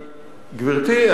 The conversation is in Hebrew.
גברתי,